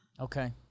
Okay